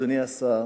אדוני השר,